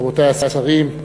רבותי השרים,